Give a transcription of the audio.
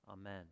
amen